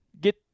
get